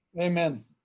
Amen